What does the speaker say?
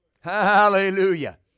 hallelujah